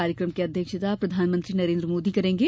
कार्यक्रम की अध्यक्षता प्रधानमंत्री नरेंद्र मोदी करेंगे